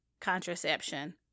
contraception